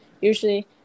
usually